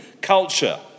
culture